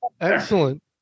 Excellent